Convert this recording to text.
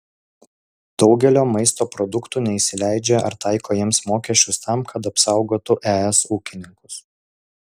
daugelio maisto produktų neįsileidžia ar taiko jiems mokesčius tam kad apsaugotų es ūkininkus